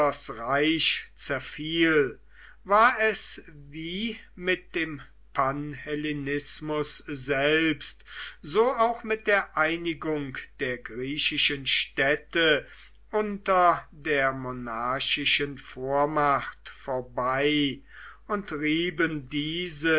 reich zerfiel war es wie mit dem panhellenismus selbst so auch mit der einigung der griechischen städte unter der monarchischen vormacht vorbei und rieben diese